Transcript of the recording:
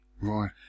Right